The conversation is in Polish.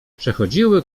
przechodziły